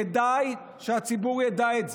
כדאי שהציבור ידע את זה.